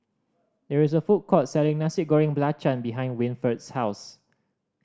there is a food court selling Nasi Goreng Belacan behind Winford's house